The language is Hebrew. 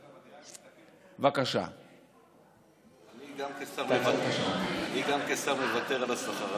אני, גם כשר, מוותר על השכר.